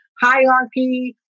hierarchy